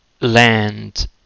land